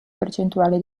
percentuale